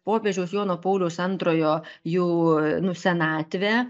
popiežiaus jono pauliaus antrojo jau nu senatvė